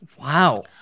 Wow